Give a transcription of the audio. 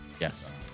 Yes